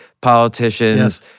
politicians